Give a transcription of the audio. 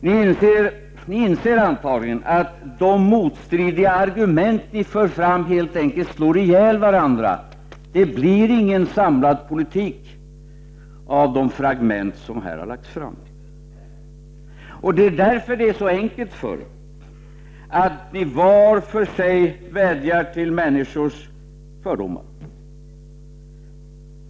Ni inser antagligen att de motstridiga argument som ni för fram helt enkelt slår ihjäl varandra — det blir ingen samlad politik av de fragment som här har lagts fram. Det är därför som det är så enkelt för er att var för sig vädja till människors känslor vad gäller fördomar.